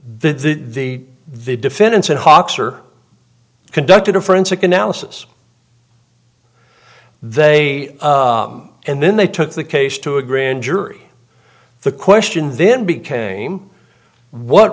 the the the defendants and hawks are conducted a forensic analysis they and then they took the case to a grand jury the question then became what